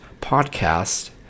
podcast